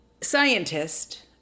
scientist